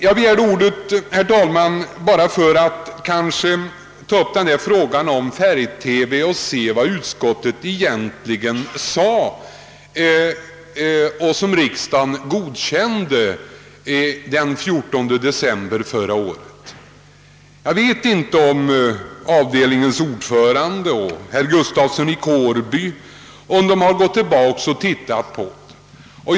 Jag begärde emellertid närmast ordet, herr talman, för att ta upp frågan om färg-TV och erinra om vad utskottet egentligen sade därvidlag förra året och som riksdagen godkände den 14 december. Jag vet inte om avdelningens ordförande herr Ståhl och herr Gustafsson i Kårby har gått tillbaka till detta utlåtande.